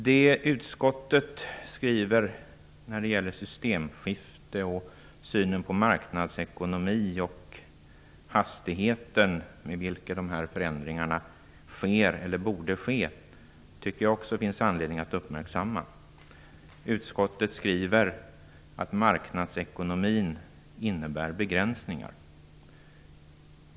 Det utskottet skriver om systemskifte, synen på marknadsekonomi och hastigheten med vilken dessa förändringar borde ske tycker jag att det finns anledning att uppmärksamma. Utskottet skriver att marknadsekonomin innebär begränsningar.